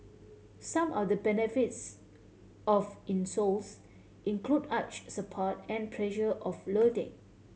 some or the benefits of insoles include arch support and pressure offloading